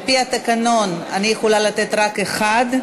על-פי התקנון אני יכולה לתת רק לאחד,